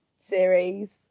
series